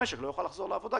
המשק לא יוכל לחזור לעבודה.